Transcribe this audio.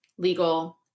legal